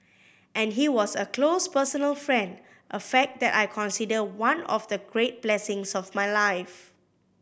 and he was a close personal friend a fact that I consider one of the great blessings of my life